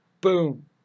boom